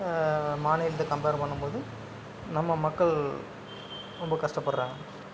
மாநிலத்தை கம்பேர் பண்ணும்போது நம்ம மக்கள் ரொம்ப கஷ்டப்படுறாங்க